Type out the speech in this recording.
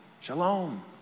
Shalom